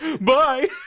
Bye